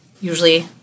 Usually